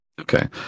Okay